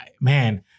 man